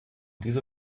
diese